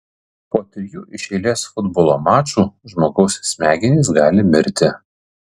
po trijų iš eilės futbolo mačų žmogaus smegenys gali mirti